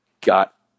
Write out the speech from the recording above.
got